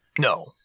No